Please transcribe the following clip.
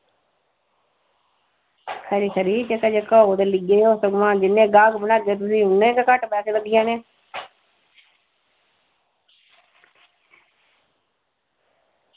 खरी खरी जेह्का जेह्का औग ते लेई आयो सगुआं जिन्ने गाह्क लेई औगे ते उन्ने गै घट्ट पैसे लग्गी जाने